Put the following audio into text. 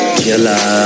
killer